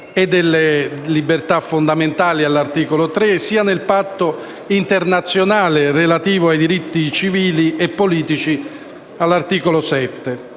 e delle libertà fondamentali, all'articolo 3, sia nel Patto internazionale relativo ai diritti civili e politici, all'articolo 7.